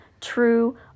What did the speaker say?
true